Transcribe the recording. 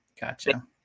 Gotcha